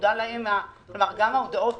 כלומר גם ההודעות